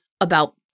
about-